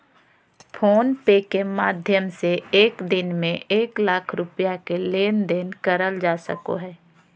phone पे के माध्यम से एक दिन में एक लाख रुपया के लेन देन करल जा सको हय